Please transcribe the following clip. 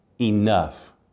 enough